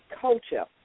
culture